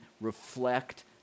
reflect